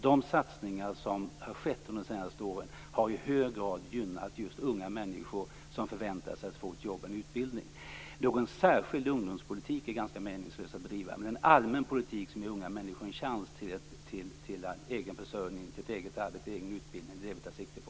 De satsningar som har skett under de senaste åren har i hög grad gynnat just unga människor som förväntar sig att få ett jobb och en utbildning. Någon särskild ungdomspolitik är ganska meningslös att bedriva. Men en allmän politik som ger unga människor en chans till egen försörjning, till ett eget arbete, till egen utbildning är det vi tar sikte på.